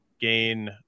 gain